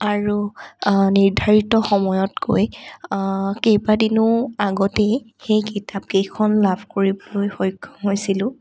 আৰু নিৰ্ধাৰিত সময়তকৈ কেইবাদিনো আগতে সেই কিতাপকেইখন লাভ কৰিবলৈ সক্ষম হৈছিলোঁ